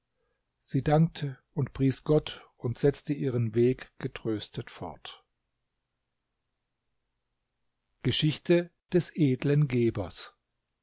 sie dankte und pries gott und setzte ihren weg getröstet fort geschichte des edlen gebers